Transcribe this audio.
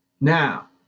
now